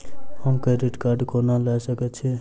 हम credit card कोना लऽ सकै छी?